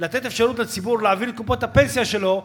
לתת אפשרות לציבור להעביר את קופות הפנסיה שלו,